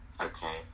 Okay